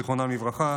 לברכה.